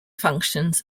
functions